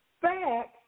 Facts